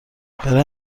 برای